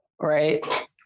right